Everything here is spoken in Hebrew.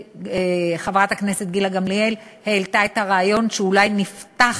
חברת הכנסת גילה גמליאל העלתה את הרעיון שאולי נפתח